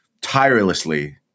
tirelessly